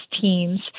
teams